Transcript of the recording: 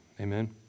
Amen